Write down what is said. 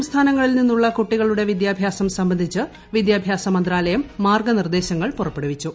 ഇതരസംസ്ഥാനങ്ങളിൽ നിന്നുള്ള കൂട്ടികളുടെ വിദ്യാഭ്യാസം സംബന്ധിച്ചു വിദ്യാഭ്യാസ മന്ത്രാലയം മാർഗ്ഗനിർദ്ദേശങ്ങൾ പുറപ്പെടുവിച്ചു